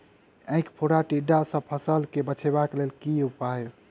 ऐंख फोड़ा टिड्डा सँ फसल केँ बचेबाक लेल केँ उपाय?